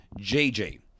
JJ